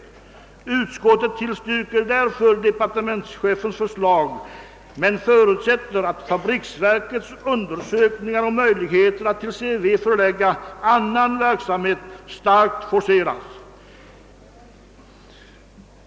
Utskottet tillstyrker därför departementschefens förslag men förutsätter att fabriksverkets undersökningar om möjligheten att till CVV förlägga annan verksamhet starkt forceras.